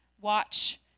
Watch